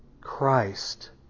Christ